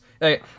Hey